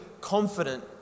confident